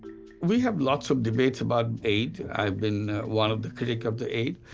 we have lots of debates about aid, i've been one of the critiques of the aid,